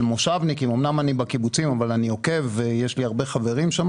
של מושבניקים אמנם אני בקיבוצים אבל אני עוקב ויש לי הרבה חברים שם